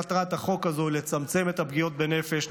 מטרת החוק הזאת היא לצמצם את הפגיעות בנפש,